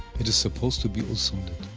it is supposed to be olssundet.